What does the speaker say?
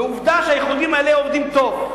ועובדה שהאיחודים האלה עובדים טוב.